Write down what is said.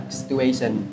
situation